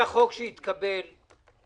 לפי החוק שהתקבל אנחנו